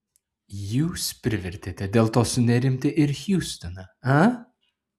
jūs privertėte dėl to sunerimti ir hjustoną a